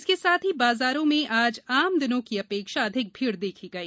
इसके साथ ही बाजारों में आज आम दिनों की अपेक्षा अधिक भीड़ देखी गई